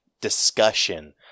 discussion